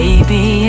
Baby